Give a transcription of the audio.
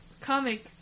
comic